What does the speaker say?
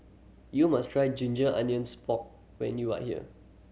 you must try ginger onions pork when you are here